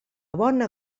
bona